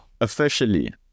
Officially